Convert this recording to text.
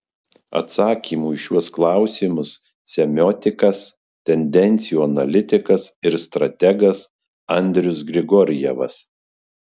atsakymų į šiuos klausimus semiotikas tendencijų analitikas ir strategas andrius grigorjevas